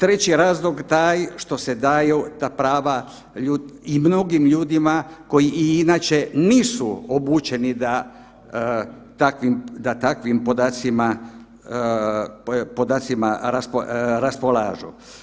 Treći razlog taj što se daju ta prava i mnogim ljudima koji i inače nisu obučeni da takvim podacima, podacima raspolažu.